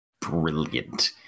brilliant